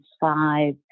five